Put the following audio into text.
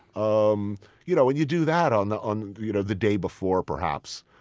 um you know and you do that on the ah and you know the day before, perhaps.